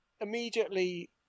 immediately